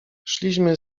szliśmy